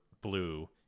blue